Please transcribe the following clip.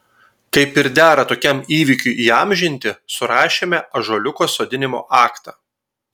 kaip ir dera tokiam įvykiui įamžinti surašėme ąžuoliuko sodinimo aktą